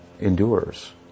endures